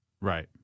Right